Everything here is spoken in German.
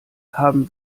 haben